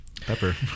pepper